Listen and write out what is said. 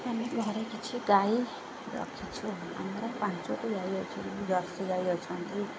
ଆମେ ଘରେ କିଛି ଗାଈ ରଖିଛୁ ଆମର ପାଞ୍ଚୋଟି ଗାଈ ଅଛନ୍ତି ଜର୍ସି ଗାଈ ଅଛନ୍ତି